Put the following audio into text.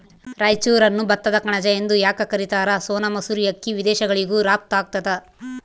ರಾಯಚೂರನ್ನು ಭತ್ತದ ಕಣಜ ಎಂದು ಯಾಕ ಕರಿತಾರ? ಸೋನಾ ಮಸೂರಿ ಅಕ್ಕಿ ವಿದೇಶಗಳಿಗೂ ರಫ್ತು ಆಗ್ತದ